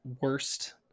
worst